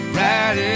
right